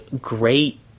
great